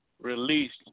released